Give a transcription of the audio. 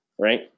right